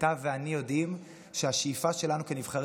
אתה ואני יודעים שהשאיפה שלנו כנבחרי